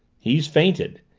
he's fainted!